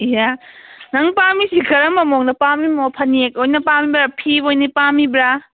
ꯏꯍꯦ ꯅꯪ ꯄꯥꯝꯃꯤꯁꯤ ꯀꯔꯝꯕ ꯃꯑꯣꯡꯗ ꯄꯥꯝꯃꯤꯃꯣ ꯐꯅꯦꯛ ꯑꯣꯏꯅ ꯄꯥꯝꯃꯤꯕ꯭ꯔꯥ ꯐꯤ ꯑꯣꯏꯅ ꯄꯥꯝꯃꯤꯕ꯭ꯔꯥ